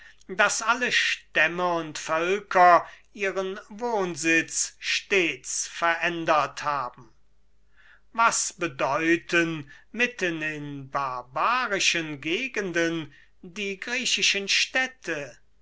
daß alle stämme und völker ihren wohnsitz verändert haben was bedeuten mitten in barbarischen gegenden die griechischen städte